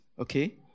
okay